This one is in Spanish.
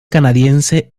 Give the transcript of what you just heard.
canadiense